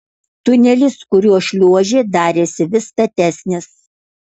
tunelis kuriuo šliuožė darėsi vis statesnis